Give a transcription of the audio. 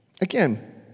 Again